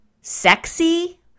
sexy